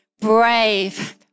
brave